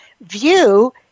view